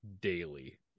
daily